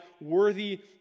worthy